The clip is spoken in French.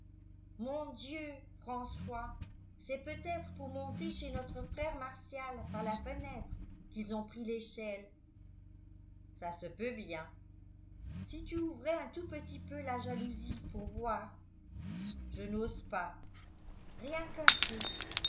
mon dieu françois c'est peut-être pour monter chez notre frère martial par la fenêtre qu'ils ont pris l'échelle ça se peut bien si tu ouvrais un tout petit peu la jalousie pour voir je n'ose pas rien qu'un peu